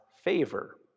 favor